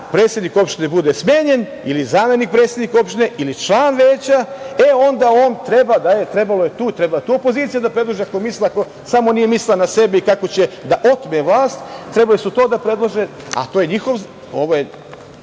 predsednik opštine bude smenjen ili zamenik predsednika opštine ili član veća, e onda on treba… Trebalo je tu opozicija da predloži ako samo nije mislila na sebe i kako će da otme vlast. Trebali su to da predlože, a to je njihov… Ovo je